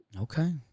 Okay